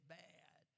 bad